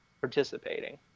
participating